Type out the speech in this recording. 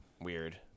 weird